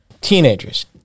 Teenagers